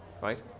Right